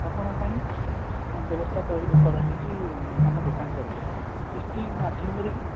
ଆପଣଙ୍କ ପାଇଁ ବ୍ୟବସ୍ଥା କରାହୋଇଛି ଆମ ଦୋକାନ ତରଫରୁ କିସ୍ତି ମାଧ୍ୟମରେ ବି